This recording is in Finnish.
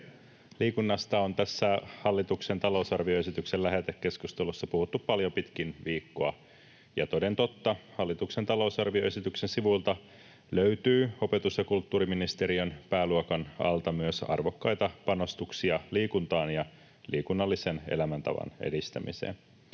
Liikunnasta on tässä hallituksen talousarvioesityksen lähetekeskustelussa puhuttu paljon pitkin viikkoa, ja toden totta hallituksen talousarvioesityksen sivuilta löytyy opetus- ja kulttuuriministeriön pääluokan alta myös arvokkaita panostuksia liikuntaan ja liikunnallisen elämäntavan edistämiseen.